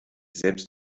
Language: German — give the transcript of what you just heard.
selbst